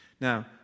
Now